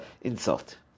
insult